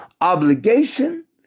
obligation